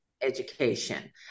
education